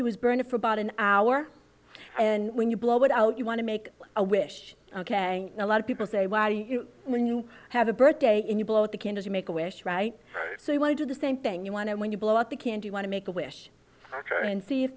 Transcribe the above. do is burn it for about an hour and when you blow it out you want to make a wish ok a lot of people say why do you when you have a birthday and you blow out the candle to make a wish right so you want to do the same thing you want to when you blow up the can do you want to make a wish ok and see if